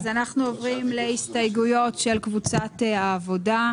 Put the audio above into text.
אז אנחנו עוברים להסתייגויות של קבוצת "העבודה".